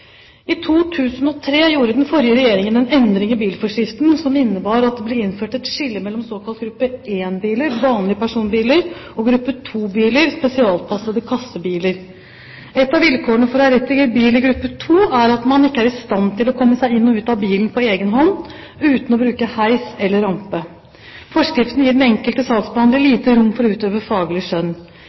I 2003 gjorde den forrige regjering en endring i bilforskriften som innebar at det ble innført et skille mellom såkalte gruppe 1-biler, vanlige personbiler, og gruppe 2-biler, spesialtilpassede kassebiler. Et av vilkårene for å ha rett til bil i gruppe 2 er at man ikke er i stand til å komme seg inn og ut av bilen på egen hånd uten å bruke heis eller rampe. Forskriften gir den enkelte saksbehandler lite rom for å utøve faglig skjønn.